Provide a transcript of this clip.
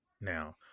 now